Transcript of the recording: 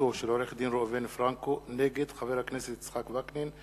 קובלנתו של עורך-דין ראובן פרנקו נגד חבר הכנסת יצחק וקנין.